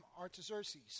Artaxerxes